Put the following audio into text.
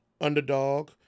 Underdog